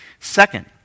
Second